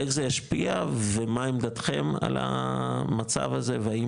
איך זה ישפיע ומה עמדתכם על המצב הזה והאם